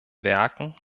werken